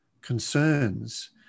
concerns